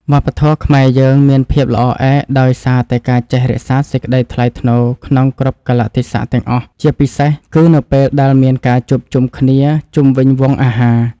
វប្បធម៌ខ្មែរយើងមានភាពល្អឯកដោយសារតែការចេះរក្សាសេចក្តីថ្លៃថ្នូរក្នុងគ្រប់កាលៈទេសៈទាំងអស់ ជាពិសេស គឺ នៅពេលដែលមានការជួបជុំគ្នាជុំវិញវង់អាហារ។